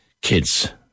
kids